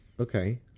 Okay